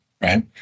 right